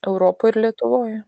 europoj ir lietuvoj